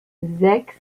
sechs